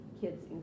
kids